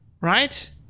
right